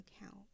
account